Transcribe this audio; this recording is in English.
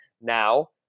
Now